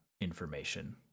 information